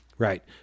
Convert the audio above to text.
Right